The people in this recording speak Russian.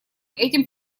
этим